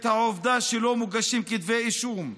את העובדה שלא מוגשים כתבי אישום,